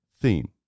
theme